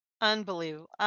Unbelievable